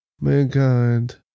Mankind